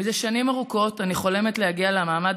מזה שנים ארוכות אני חולמת להגיע למעמד